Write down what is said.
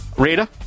Rita